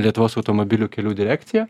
lietuvos automobilių kelių direkcija